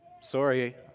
Sorry